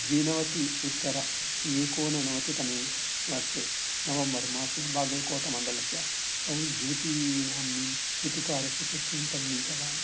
द्विनवति उत्तर एकोननवतितमे वर्षे नवम्बर्मासे बागल्कोटमण्डलस्य तौ द्वितीनांम्नीं लिपिकारस्य पुत्रीं परिणीतवान्